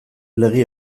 lege